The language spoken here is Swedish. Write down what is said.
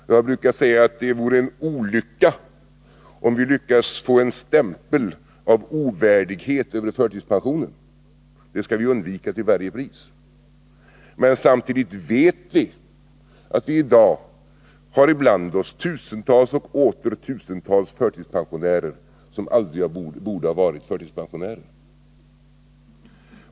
Jag har brukat säga att det vore olyckligt, om vi lyckades få en stämpel av ovärdighet över förtidspensionen — det skall vi till varje pris undvika. Men samtidigt vet vi att vi i dag har ibland oss tusen och åter tusen förtidspensionärer som aldrig borde ha varit förtidspensionärer.